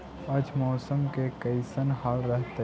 आज मौसम के कैसन हाल रहतइ?